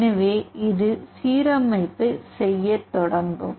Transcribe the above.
எனவே இது சீரமைப்பு செய்யத் தொடங்கும்